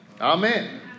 Amen